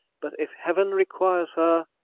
but if heaven requires her